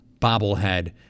bobblehead